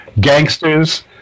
gangsters